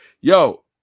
Yo